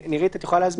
נירית, את יכולה להסביר?